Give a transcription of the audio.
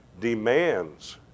demands